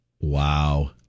Wow